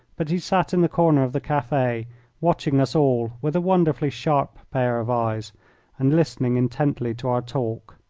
but he sat in the corner of the cafe watching us all with a wonderfully sharp pair of eyes and listening intently to our talk.